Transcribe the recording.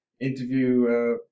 interview